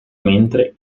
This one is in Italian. mentre